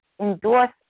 endorse